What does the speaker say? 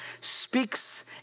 speaks